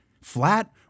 Flat